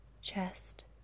Chest